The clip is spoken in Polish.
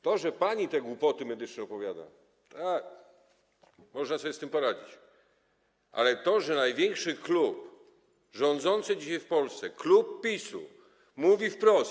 To, że pani te głupoty medyczne opowiada, to można sobie z tym poradzić, ale to, że największy klub, klub rządzący dzisiaj w Polsce, klub PiS mówi wprost: